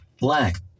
black